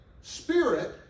spirit